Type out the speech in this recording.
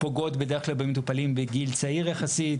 פוגעות בדרך כלל במטופלים בגיל צעיר יחסית,